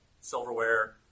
silverware